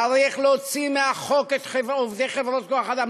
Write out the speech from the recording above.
צריך להוציא מהחוק את עובדי חברות כוח-אדם.